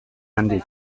handik